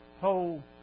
whole